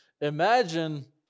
imagine